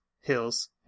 hills